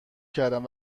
کردم